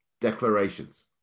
declarations